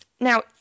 now